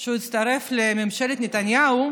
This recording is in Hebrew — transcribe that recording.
הוא הצטרף לממשלת נתניהו,